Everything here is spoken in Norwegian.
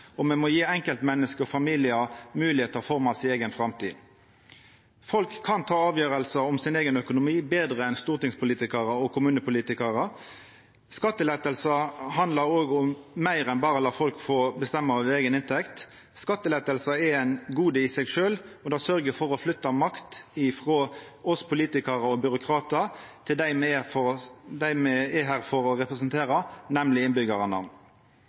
og me må gje enkeltmenneske og familiar moglegheit til å forma si eiga framtid. Folk kan ta avgjerder om sin eigen økonomi betre enn stortingspolitikarar og kommunepolitikarar kan. Skattelettar handlar òg om meir enn berre å la folk få bestemma over si eiga inntekt. Skattelettar er eit gode i seg sjølv, og det sørgjer for å flytta makt frå oss politikarar og byråkratar til dei me er her for å representera, nemleg